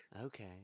Okay